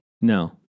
No